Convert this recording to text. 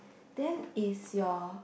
then is your